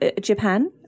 Japan